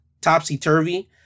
topsy-turvy